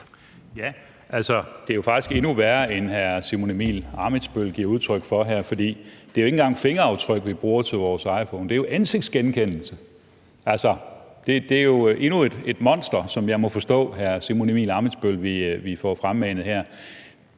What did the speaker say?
(DF): Det er jo faktisk endnu værre, end hr. Simon Emil Ammitzbøll-Bille giver udtryk for her. For det er jo ikke engang fingeraftryk, vi bruger til vores iPhone, det er jo ansigtsgenkendelse. Altså, det er jo endnu et monster, som jeg må forstå hr. Simon Emil Ammitzbøll-Bille vil få fremmanet her.